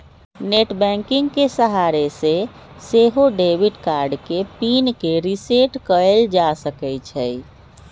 net banking के सहारे से सेहो डेबिट कार्ड के पिन के रिसेट कएल जा सकै छइ